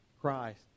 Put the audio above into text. Christ